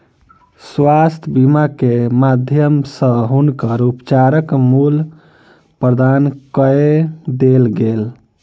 स्वास्थ्य बीमा के माध्यम सॅ हुनकर उपचारक मूल्य प्रदान कय देल गेल